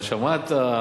מה שמעת,